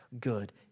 good